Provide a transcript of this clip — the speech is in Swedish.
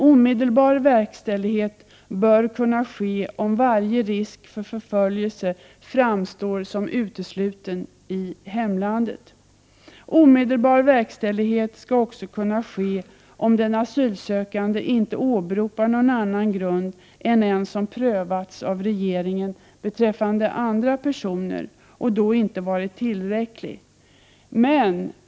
Omedelbar verkställighet bör kunna ske om varje risk för förföljelse framstår som utesluten i hemlandet. Omedelbar verkställighet skall också kunna ske om den asylsökande inte åberopar någon annan grund än en som prövats av regeringen beträffande andra personer och då inte varit tillräcklig.